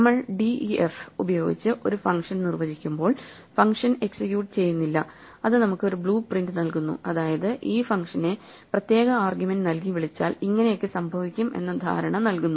നമ്മൾ def ഉപയോഗിച്ച് ഒരു ഫംഗ്ഷൻ നിർവചിക്കുമ്പോൾ ഫംഗ്ഷൻ എക്സിക്യൂട്ട് ചെയ്യുന്നില്ല ഇത് നമുക്ക് ഒരു ബ്ലൂ പ്രിന്റ് നൽകുന്നു അതായത് ഈ ഫംഗ്ഷനെ പ്രത്യേക ആർഗ്യുമെന്റ് നൽകി വിളിച്ചാൽ ഇങ്ങനെയൊക്കെ സംഭവിക്കും എന്ന ധാരണ നൽകുന്നു